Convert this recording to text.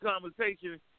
conversation